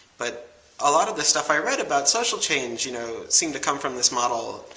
but a lot of the stuff i read about social change you know seemed to come from this model.